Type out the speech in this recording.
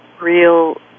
real